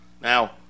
Now